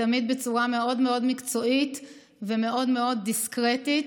ותמיד בצורה מאוד מאוד מקצועית ומאוד מאוד דיסקרטית.